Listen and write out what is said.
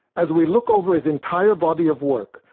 as we look over his entire body of work,